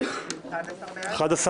11 בעד.